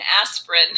aspirin